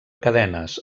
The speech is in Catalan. cadenes